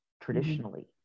traditionally